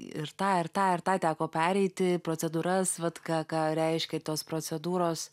ir tą ir tą ir tą teko pereiti procedūras vat ką ką reiškia tos procedūros